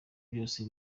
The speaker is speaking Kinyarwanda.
byose